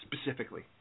specifically